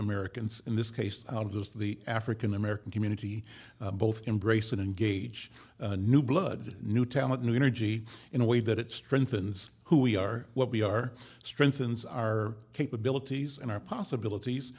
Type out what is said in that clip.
americans in this case i'll does the african american community both embrace and engage new blood new talent new energy in a way that it strengthens who we are what we are strengthens our capabilities and our possibilities